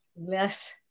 less